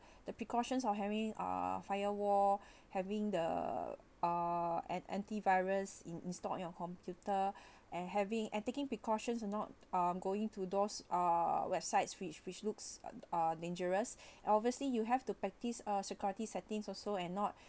the precautions of having uh firewall having the uh an anti-virus in~ installed on your computer and having and taking precautions are not um going to those uh websites which which looks uh dangerous obviously you have to practice uh security settings also and not